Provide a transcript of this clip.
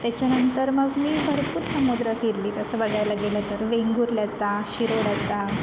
त्याच्यानंतर मग मी भरपूर समुद्र फिरले तसं बघायला गेलं तर वेंगुर्ल्याचा शिरोड्याचा